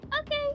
Okay